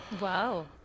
Wow